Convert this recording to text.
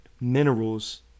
minerals